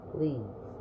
Please